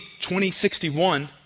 2061